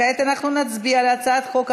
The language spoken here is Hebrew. כעת אנחנו נצביע על הצעת החוק הפרטית,